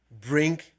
bring